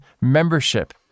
membership